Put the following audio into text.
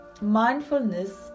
mindfulness